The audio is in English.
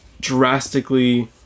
drastically